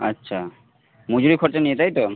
আচ্ছা মজুরি খরচা নিয়ে তাই তো